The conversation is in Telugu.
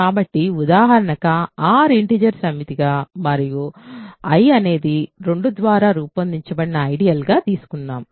కాబట్టి ఉదాహరణగా R ఇంటిజర్ సమితిగా మరియు I అనేది 2 ద్వారా రూపొందించబడిన ఐడియల్ గా తీసుకుందాం